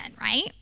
right